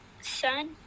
son